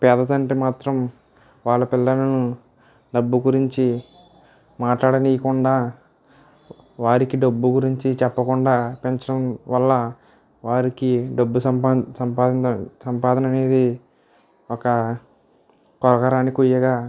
పేద తండ్రి మాత్రం వాళ్ల పిల్లలను డబ్బు గురించి మాట్లాడనీయకుండా వారికి డబ్బు గురించి చెప్పకుండా పెంచడం వల్ల వారికి డబ్బు సంపాదన సంపాదన సంపాదన అనేది ఒక కొరకరానికొయ్యగా